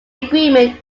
agreement